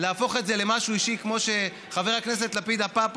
להפוך את זה למשהו אישי כמו שחבר הכנסת לפיד עשה פה,